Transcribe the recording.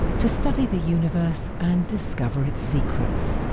to study the universe and discover its secrets.